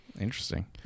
Interesting